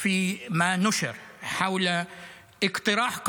תלמידים ותלמידות יקרים,